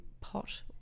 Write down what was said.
pot